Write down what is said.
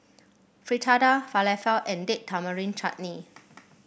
Fritada Falafel and Date Tamarind Chutney